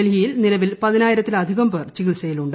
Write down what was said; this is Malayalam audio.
ഡൽഹിയിൽ നിലവിൽ പതിനായിരത്തിൽ അധികം പേർ ചികിത്സയിലുണ്ട്